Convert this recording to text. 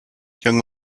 young